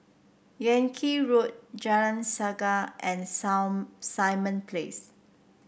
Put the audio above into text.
Yan Kit Road Jalan Sungei and Simon Place